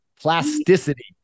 plasticity